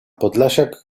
podlasiak